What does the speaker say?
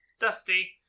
Dusty